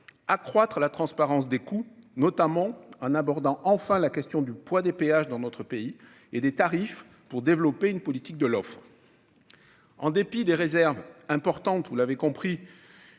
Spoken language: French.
accroître la transparence des coûts, notamment en abordant enfin la question du poids des péages dans notre pays et celle des tarifs pour développer une politique de l'offre. Bien que nous ayons émis d'importantes réserves sur